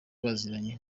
baziranye